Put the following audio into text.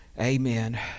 amen